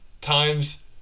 time's